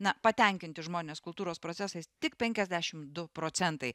na patenkinti žmonės kultūros procesais tik penkiasdešim du procentai